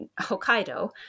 Hokkaido